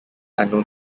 unknown